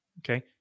Okay